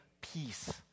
peace